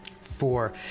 Four